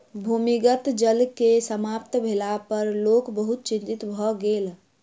भूमिगत जल के समाप्त भेला पर लोक बहुत चिंतित भ गेल